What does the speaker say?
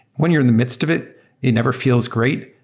when you're in the midst of it, it never feels great.